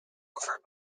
offered